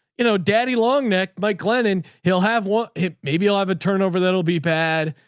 you know, daddy long neck by glen and he'll have one hit. maybe i'll have a turn over. that'll be pad